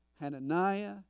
Hananiah